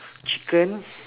chicken